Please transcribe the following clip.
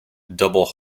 double